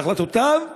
בהחלטותיו,